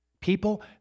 People